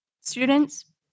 students